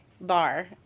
bar